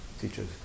teachers